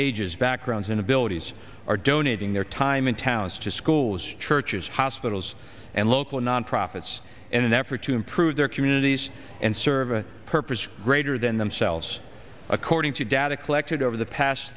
ages backgrounds and abilities are donating their time and talents to schools churches hospitals and local nonprofits in an effort to improve their communities and serve a purpose greater than themselves according to data collected over the past